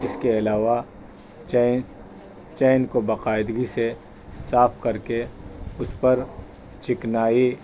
اس کے علاوہ chain chain کو باقاعدگی سے صاف کر کے اس پر چکنائی